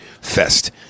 fest